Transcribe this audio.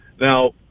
Now